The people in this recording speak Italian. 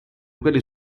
quelle